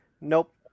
nope